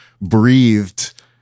breathed